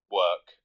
work